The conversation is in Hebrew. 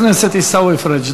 חבר הכנסת עיסאווי פריג',